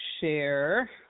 share